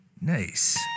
Nice